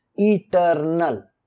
eternal